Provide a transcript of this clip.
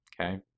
okay